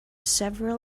several